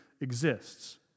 exists